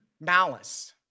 malice